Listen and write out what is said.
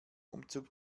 umzug